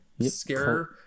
scare